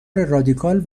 رادیکال